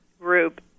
group